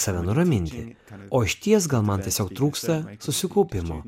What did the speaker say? save nuraminti o išties gal man tiesiog trūksta susikaupimo